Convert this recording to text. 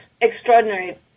extraordinary